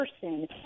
person